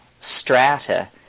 strata